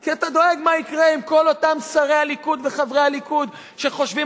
כי אתה דואג מה יקרה עם כל אותם שרי הליכוד וחברי הליכוד שחושבים